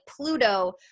Pluto